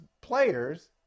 players